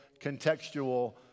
contextual